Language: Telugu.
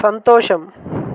సంతోషం